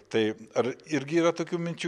tai ar irgi yra tokių minčių